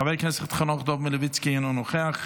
חבר הכנסת חנוך דב מלביצקי, אינו נוכח,